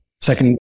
second